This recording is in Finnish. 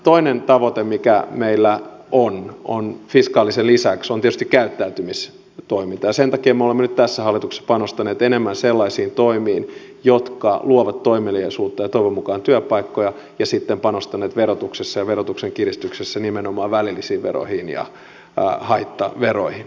toinen tavoite mikä meillä fiskaalisen lisäksi on on tietysti käyttäytymistoiminta ja sen takia me olemme nyt tässä hallituksessa panostaneet enemmän sellaisiin toimiin jotka luovat toimeliaisuutta ja toivon mukaan työpaikkoja ja sitten panostaneet verotuksessa ja verotuksen kiristyksessä nimenomaan välillisiin veroihin ja haittaveroihin